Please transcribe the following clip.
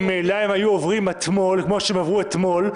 ממילא הם היו עוברים אתמול כמו שהם עברו אתמול,